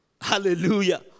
Hallelujah